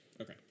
Okay